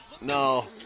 No